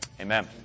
Amen